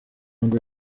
ngo